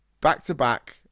back-to-back